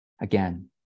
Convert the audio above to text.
again